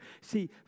See